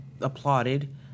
applauded